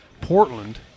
Portland